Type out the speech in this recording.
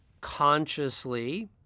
consciously